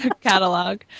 catalog